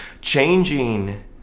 Changing